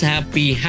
Happy